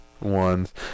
ones